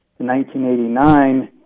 1989